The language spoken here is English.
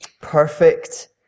perfect